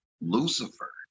Lucifer